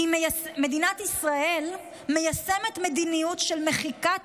מדינת ישראל מיישמת מדיניות של מחיקת